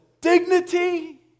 dignity